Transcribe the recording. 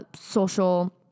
social